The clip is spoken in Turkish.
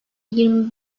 yirmi